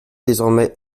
désormais